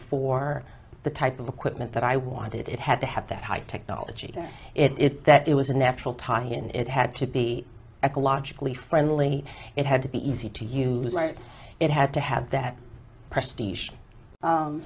for the type of equipment that i wanted it had to have that high technology to it that it was a natural tie and it had to be ecologically friendly it had to be easy to use like it had to have that